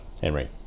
Henry